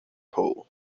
pool